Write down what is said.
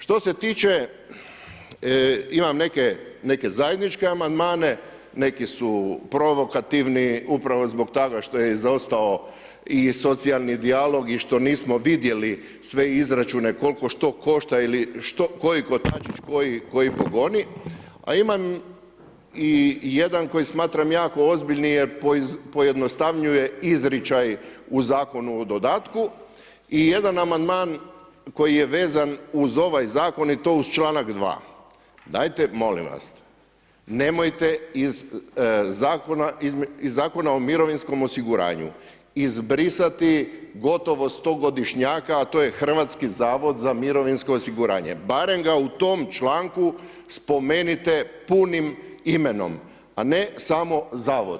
Što se tiče, imam neke zajedničke amandmane, neki su provokativni upravo zbog toga što je izostao i socijalni dijalog, i što nismo vidjeli sve izračune kol'ko što košta ili što, koji kotačić koji pogoni, a imam i jedan koji smatram jako ozbiljni jer pojednostavnjuje izričaj u Zakonu o dodatku, i jedan amandman koji je vezan uz ovaj Zakon i to uz članak 2., dajte molim vas, nemojte iz Zakona o mirovinskom osiguranju, izbrisati gotovo stogodišnjaka, a to je Hrvatski zavod za mirovinsko osiguranje, barem ga u tom članku spomenite punim imenom, a ne samo Zavod.